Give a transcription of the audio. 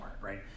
right